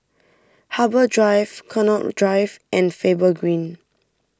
Harbour Drive Connaught Drive and Faber Green